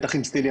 בטח עם סטיליאן,